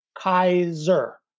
Kaiser